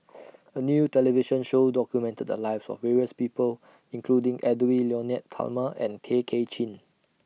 A New television Show documented The Lives of various People including Edwy Lyonet Talma and Tay Kay Chin